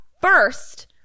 first